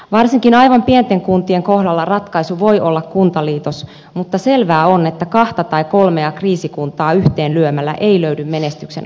varsinkin aivan pienten kuntien kohdalla ratkaisu voi olla kuntaliitos mutta selvää on että kahta tai kolmea kriisikuntaa yhteen lyömällä ei löydy menestyksen avaimia